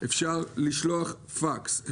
אפשר לשלוח פקס,